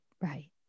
Right